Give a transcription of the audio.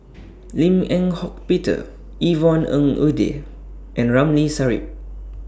Lim Eng Hock Peter Yvonne Ng Uhde and Ramli Sarip